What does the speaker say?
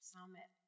Summit